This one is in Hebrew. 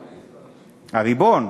הריבון.